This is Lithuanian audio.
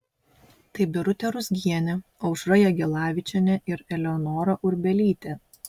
tai birutė ruzgienė aušra jagelavičienė ir eleonora urbelytė